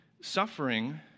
suffering